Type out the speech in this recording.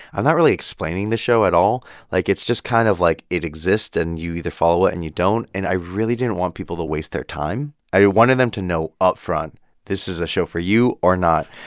i'm not really explaining the show at all. like, it's just kind of, like, it exists and you either follow it and you don't. and i really didn't want people to waste their time. i wanted them to know upfront this is a show for you or not.